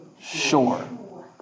sure